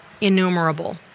innumerable